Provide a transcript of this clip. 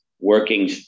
working